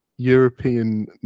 European